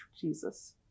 Jesus